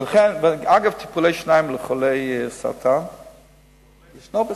ואגב, טיפולי שיניים לחולי סרטן יש בסל.